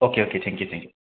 okay okay thank you thank you